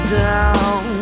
down